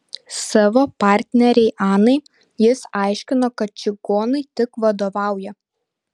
savo partnerei anai jis aiškino kad čigonai tik vadovauja